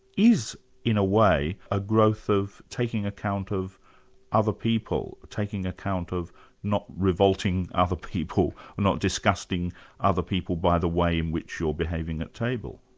is in a way a growth of taking account of other people, taking account of not revolting other people, not disgusting other people by the way in which you're behaving at table.